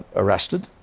arrested,